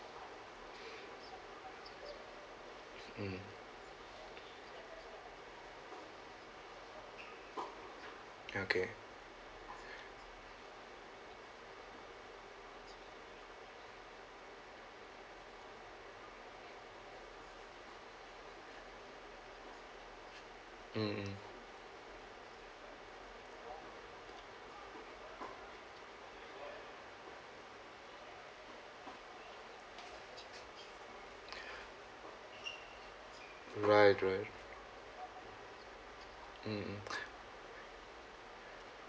mm okay mm mm right right mm mm